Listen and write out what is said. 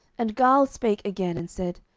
and gaal spake again, and said,